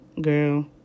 Girl